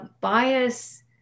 bias